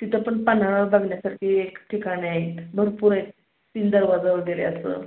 तिथं पण पन्हाळ्यावर बघण्यासारखे एक ठिकाण आहेत भरपूर आहेत तीन दरवाजा वगैरे असं